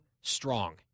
strong